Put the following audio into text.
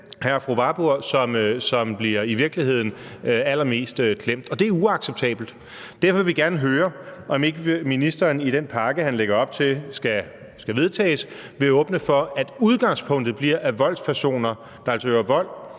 som i virkeligheden bliver allermest klemt, og det er uacceptabelt. Derfor vil vi gerne høre, om ikke ministeren i den pakke, han lægger op til skal vedtages, vil åbne for, at udgangspunktet bliver, at voldspersoner, der altså udøver vold